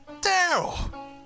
Daryl